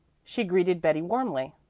she greeted betty warmly.